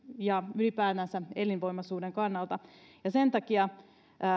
ja ylipäätänsä elinvoimaisuuden kannalta sen takia